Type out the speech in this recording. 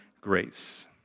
grace